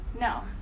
No